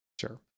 sure